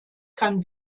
kann